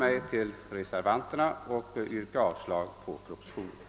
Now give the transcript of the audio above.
Herr talman! Med dessa ord ber jag att få yrka bifall till reservationen.